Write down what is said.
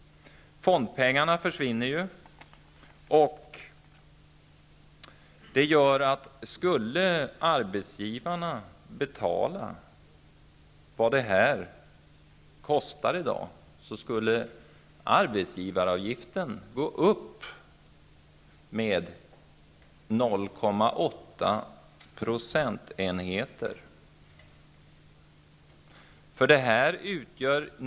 Fondpengarna försvinner. Om arbetsgivarna skulle betala vad det här kostar i dag, skulle arbetsgivaravgiften gå upp med 0,8 procentenheter.